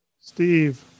Steve